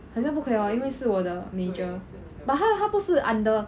很像不可以 hor 因为是我的 majors but 它它不是 under